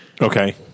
Okay